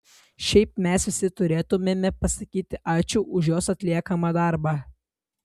šiaip mes visi turėtumėme pasakyti ačiū už jos atliekamą darbą